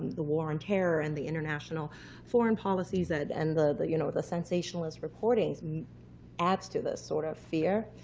the war on terror, and the international foreign policies, and and the you know the sensationalist reporting adds to this sort of fear.